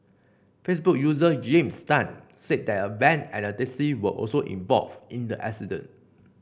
Facebook user James Tan said that a van and a taxi were also involved in the accident